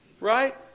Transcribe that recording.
right